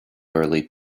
early